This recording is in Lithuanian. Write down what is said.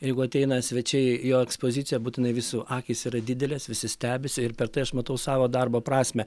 jeigu ateina svečiai į jo ekspozicija būtinai visų akys yra didelės visi stebisi ir per tai aš matau savo darbo prasmę